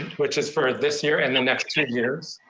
which is for this year and the next two years,